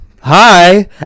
hi